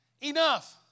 enough